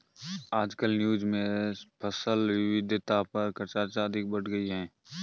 आजकल न्यूज़ में फसल विविधता पर चर्चा अधिक बढ़ गयी है